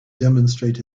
demonstrate